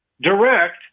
direct